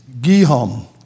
Gihom